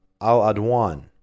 al-Adwan